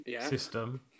system